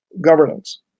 governance